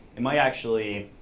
it might actually